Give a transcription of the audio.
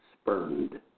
spurned